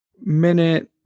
minute